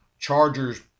Chargers